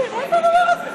מצביע מה זה הדבר הזה?